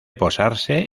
posarse